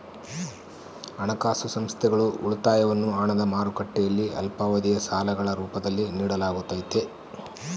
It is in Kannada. ಹಣಕಾಸು ಸಂಸ್ಥೆಗಳು ಉಳಿತಾಯವನ್ನು ಹಣದ ಮಾರುಕಟ್ಟೆಯಲ್ಲಿ ಅಲ್ಪಾವಧಿಯ ಸಾಲಗಳ ರೂಪದಲ್ಲಿ ನಿಡಲಾಗತೈತಿ